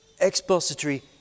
expository